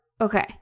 okay